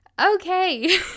okay